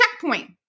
checkpoint